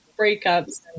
breakups